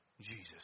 Jesus